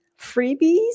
freebies